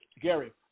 Gary